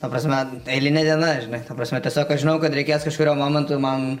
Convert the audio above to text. ta prasme eilinė diena žinai ta prasme tiesiog aš žinau kad reikės kažkuriuo momentu man